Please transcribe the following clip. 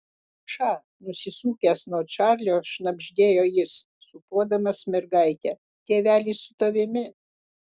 ša nusisukęs nuo čarlio šnabždėjo jis sūpuodamas mergaitę tėvelis su tavimi